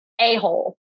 a-hole